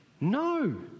No